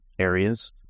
areas